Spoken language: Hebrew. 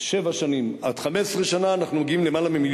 שבע שנים עד 15 שנה אנחנו מגיעים ליותר מ-1.2